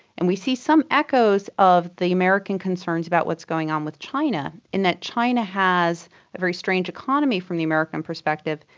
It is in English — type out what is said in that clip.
and we see some echoes of the american concerns about what's going on with china in that china has a very strange economy from the american perspective.